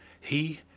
he,